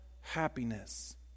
happiness